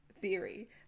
theory